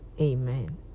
Amen